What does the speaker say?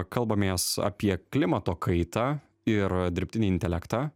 kalbamės apie klimato kaitą ir dirbtinį intelektą